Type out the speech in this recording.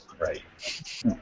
Right